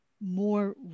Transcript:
more